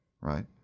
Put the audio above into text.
right